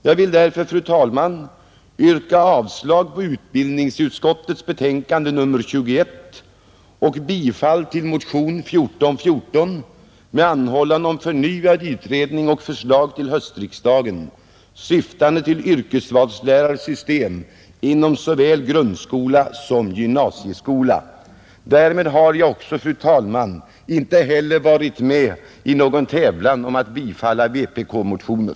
Jag vill därför, fru talman, yrka avslag på hemställan i utbildningsutskottets betänkande nr 21 och bifall till motionen 1414 med anhållan om förnyad utredning och förslag till höstriksdagen, syftande till yrkesvalslärarsystem inom såväl grundskola som gymnasieskola. Därmed har jag inte heller, fru talman, varit med i någon tävlan om att bifalla vpk-motioner.